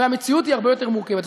והמציאות היא הרבה יותר מורכבת.